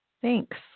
thanks